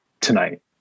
tonight